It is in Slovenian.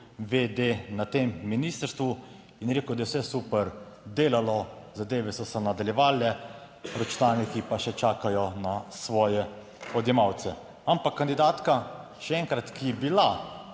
na tem ministrstvu. In je rekel, da je vse super delalo, zadeve so se nadaljevale, računalniki pa še čakajo na svoje odjemalce. Ampak kandidatka, še enkrat, ki je bila